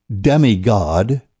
demigod